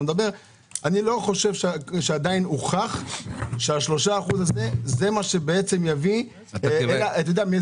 עדיין לא הוכח שה-3% הם שיביאו פתרון.